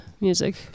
music